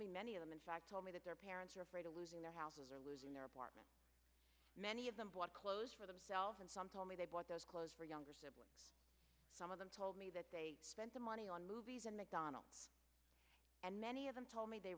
me many of them in fact told me that their parents were afraid of losing their houses or losing their apartment many of them bought clothes for themselves and some told me they bought those clothes for younger some of them told me that they spent the money on movies and mcdonald's and many of them told me they